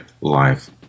life